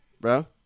bro